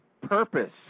purpose